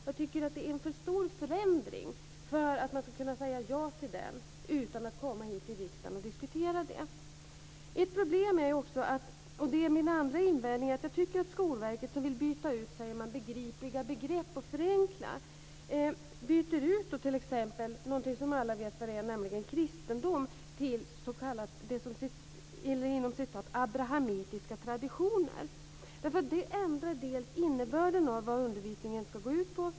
Jag tycker att det är en för stor förändring för att man ska kunna säga ja till den utan att komma hit till riksdagen och diskutera den. Min andra invändning gäller att Skolverket, som vill byta ut begrepp och förenkla, t.ex. byter ut någonting som alla vet vad det är, nämligen kristendom, till "abrahamitiska traditioner". Det ändrar innebörden av vad undervisningen ska gå ut på.